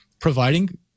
Providing